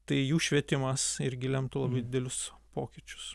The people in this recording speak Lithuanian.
tai jų švietimas irgi lemtų labai didelius pokyčius